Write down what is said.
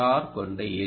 R கொண்ட L